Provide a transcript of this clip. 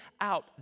out